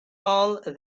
all